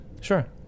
Sure